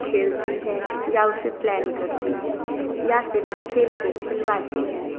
खेलती हैं या उसे प्लान करती हैं या फिर उस खेल को खिलवाती हैं